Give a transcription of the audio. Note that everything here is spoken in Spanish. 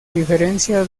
diferencia